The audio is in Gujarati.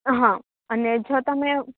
અહં અને જો તમે